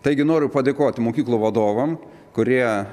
taigi noriu padėkoti mokyklų vadovam kurie